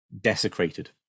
desecrated